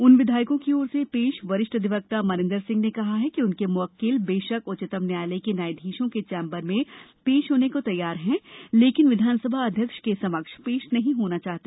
उन विधायकों की ओर से पेश वरिष्ठ अधिवक्ता मनिंदर सिंह ने कहा कि उनके मुवक्किल बेशक उच्चतम न्यायालय के न्यायाधीशों के चैंबर में पेश होने को तैयार हैं लेकिन विधानसभा अध्यक्ष के समक्ष पेश नहीं होना चाहते